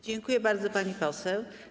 Dziękuję bardzo, pani poseł.